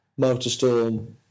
Motorstorm